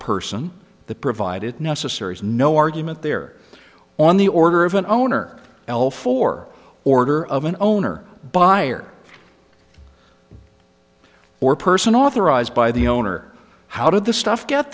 person the provide it necessary is no argument there on the order of an owner l for order of an owner buyer or person authorized by the owner how did the stuff get